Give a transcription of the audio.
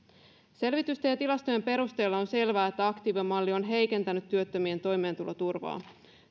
selvitysten ja tilastojen perusteella on selvää että aktiivimalli on heikentänyt työttömien toimeentuloturvaa